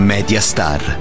Mediastar